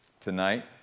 tonight